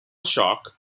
shock